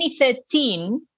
2013